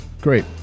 Great